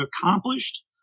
accomplished